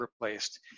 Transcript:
replaced